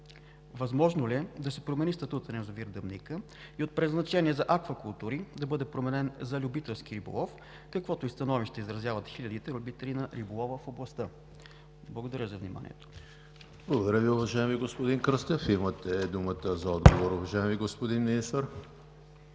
Възможно ли е да се промени статутът на язовир „Дъбника“ и от предназначение за „Аквакултури“ да бъде променен за „Любителски риболов“, каквото становище изразяват хилядите любители на риболова в областта? Благодаря за вниманието. ПРЕДСЕДАТЕЛ ЕМИЛ ХРИСТОВ: Благодаря Ви, уважаеми господин Кръстев. Имате думата за отговор, уважаеми господин Министър.